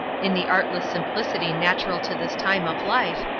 in the artless simplicity natural to this time of life,